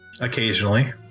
Occasionally